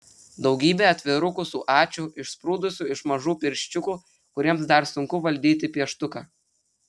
daugybė atvirukų su ačiū išsprūdusiu iš mažų pirščiukų kuriems dar sunku valdyti pieštuką